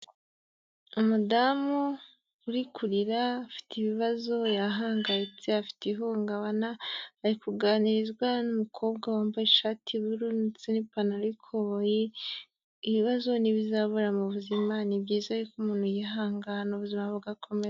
Umudamu uri kurira afite ibibazo yahangayitse afite ihungabana, ari kuganirizwa n'umukobwa wambaye ishati y'ubururu ndetse n'ipantaro y'ikoboyi, ibibazo ntibizabura mu buzima, ni byiza yuko umuntu yihangana ubuzima bugakomeza.